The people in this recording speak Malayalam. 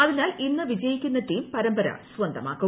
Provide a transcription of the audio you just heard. അതിനാൽ ഇന്ന് വിജയിക്കുന്ന ടീം പരമ്പര സ്വന്തമാക്കും